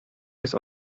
jest